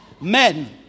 Men